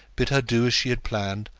bid her do as she had planned,